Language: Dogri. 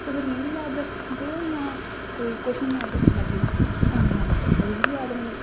तुस रील याद रखी सकदे ओ जां कोई कोशन याद रखी लैगेओ आसानी कन्नै रील याद रौंह्नी